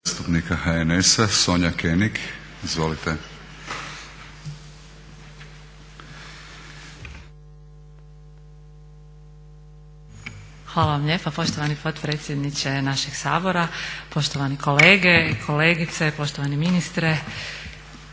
Hvala vam lijepa poštovani potpredsjedniče našeg Sabora, poštovani kolege, kolegice, poštovani ministre.